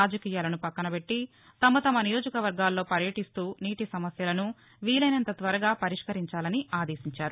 రాజకీయాలను పక్కనపెట్టి తమ తమ నియోజకవర్గాలలో పర్యటిస్తూ నీటి సమస్యలను వీలైనంత త్వరగా పరిష్కరించాలని ఆదేశించారు